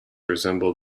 resemble